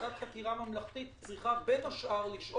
ועדת חקירה ממלכתית צריכה בין השאר לשאול